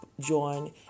join